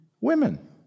women